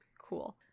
Cool